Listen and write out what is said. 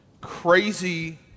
crazy